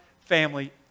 family